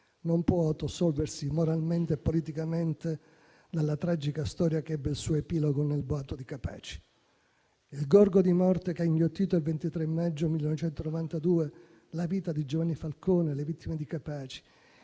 non può autoassolversi moralmente e politicamente dalla tragica storia che ebbe il suo epilogo nel boato di Capaci. Quello che ha inghiottito il 23 maggio 1992 la vita di Giovanni Falcone e le vittime di Capaci,